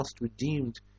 redeemed